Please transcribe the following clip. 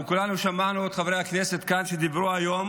אנחנו כולנו שמענו את חברי הכנסת כאן שדיברו היום